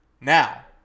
Now